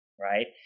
right